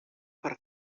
per